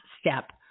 step